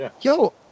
yo